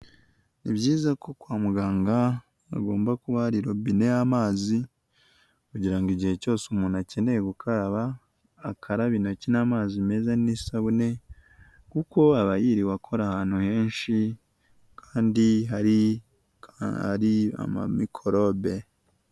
Ni byiza ko kwa muganga hagomba kuba hari robine y'amazi kugira ngo igihe cyose umuntu akeneye gukaraba, akarabe intoki n'amazi meza n'isabune kuko aba yiriwe akora ahantu henshi kandi hari, hari amamikorobe.